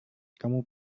kamu